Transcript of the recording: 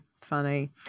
funny